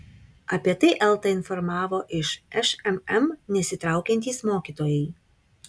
apie tai eltą informavo iš šmm nesitraukiantys mokytojai